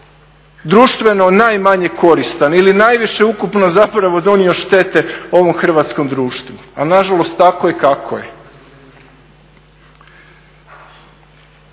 društveno najmanje koristan ili najviše ukupno zapravo donio štete ovom hrvatskom društvu. Ali nažalost tako je kako je.